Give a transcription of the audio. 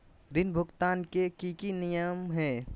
ऋण भुगतान के की की नियम है?